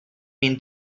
been